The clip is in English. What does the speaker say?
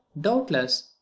doubtless